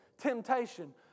temptation